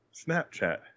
Snapchat